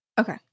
Okay